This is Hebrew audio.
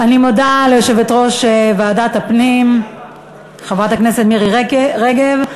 אני מודה ליושבת-ראש ועדת הפנים חברת הכנסת מירי רגב,